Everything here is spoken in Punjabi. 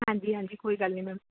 ਹਾਂਜੀ ਹਾਂਜੀ ਕੋਈ ਗੱਲ ਨਹੀਂ ਮੈਮ